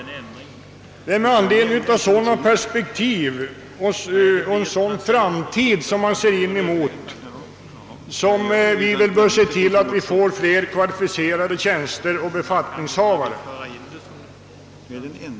Det är inför sådana framtidsperspektiv som vi bör se till att vi får fler kvalificerade befattningshavare.